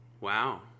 wow